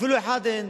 אפילו אחד אין.